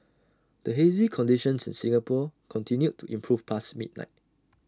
the hazy conditions in Singapore continued to improve past midnight